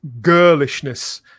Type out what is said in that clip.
girlishness